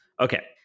Okay